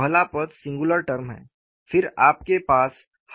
पहला पद singular term है फिर आपके पास हायर ऑर्डर टर्म्स हैं